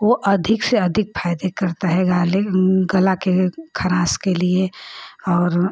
वह अधिक से अधिक फ़ायदा करता है गालिक गले की ख़राश के लिए और